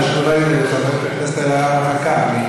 חברת הכנסת אלהרר מחכה.